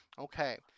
Okay